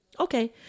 Okay